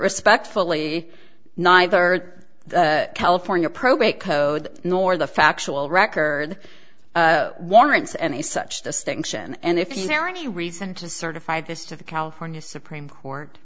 respectfully neither the california probate code nor the factual record warrants any such distinction and if you there any reason to certify this to the california supreme court